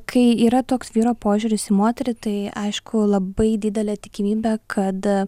kai yra toks vyro požiūris į moterį tai aišku labai didelė tikimybė kad